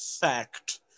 fact